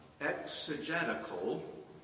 exegetical